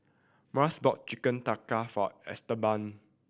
Myles bought Chicken Tikka for Esteban